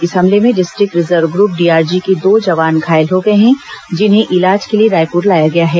इस हमले में डिस्ट्रिक्ट रिजर्व ग्रुप डीआरजी के दो जवान घायल हो गए हैं जिन्हें इलाज के लिए रायपुर लाया गया है